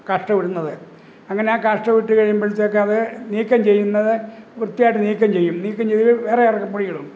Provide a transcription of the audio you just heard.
കാഷ്ഠം ഇടുന്നത് അങ്ങനെ ആ കാഷ്ഠം ഇട്ടു കഴിയുമ്പോഴത്തേക്ക് അത് നീക്കം ചെയ്യുന്നത് വൃത്തിയായിട്ട് നീക്കം ചെയ്യും നീക്കം ചെയ്ത് വേറെ അറക്കപ്പൊടി ഇടും